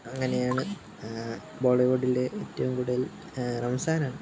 അങ്ങനെയാണ് ബോളിവുഡിലെ ഏറ്റവും കൂടുതൽ റംസാനാണ്